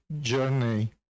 journey